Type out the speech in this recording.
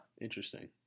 interesting